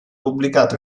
pubblicato